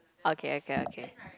okay okay okay